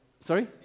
Sorry